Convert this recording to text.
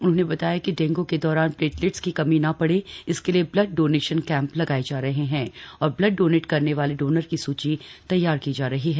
उन्होंने बताया कि डेंग् के दौरान प्लेटलेट्स की कमी ना पड़े इसके लिए ब्लड डोनेशन कैंप लगाए जा रहे हैं और ब्लड डोनेट करने वाले डोनर की सूची तैयार की जा रही है